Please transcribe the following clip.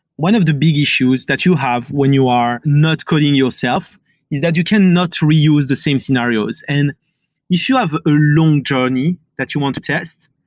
one of the big issues that you have when you are not coding yourself is that you cannot reuse the same scenarios, and if so you have a long journey that you want to test,